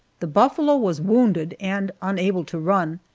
the buffalo was wounded and unable to run,